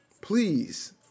Please